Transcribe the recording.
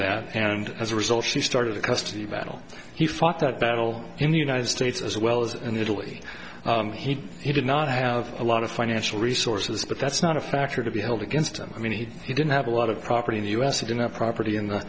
that and as a result she started the custody battle he fought that battle in the united states as well as in italy he he did not have a lot of financial resources but that's not a factor to be held against him i mean he didn't have a lot of property in the u s and in a property in the